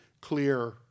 clear